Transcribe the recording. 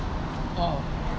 oh